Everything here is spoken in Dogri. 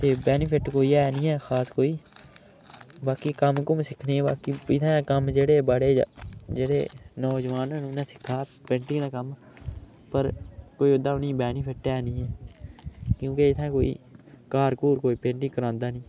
कि बैनिफिट कोई ऐ नी ऐ खास कोई बाकी कम्म कुम्म सिक्खने गी बाकी इत्थें कम्म जेह्ड़े बड़े जेह्ड़े नौजवान न उ'नें सिक्खा पेंटिंग दा कम्म पर कोई ओह्दा उनेंगी बैनिफिट ऐ नी ऐ क्योंकि इत्थें कोई घर घुर कोई पेटिंग करांदा नी